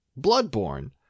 Bloodborne